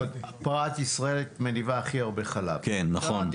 הפרה בישראל מניבה הכי הרבה חלב --- כן, נכון.